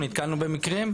אנחנו נתקלנו במקרים.